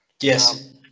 Yes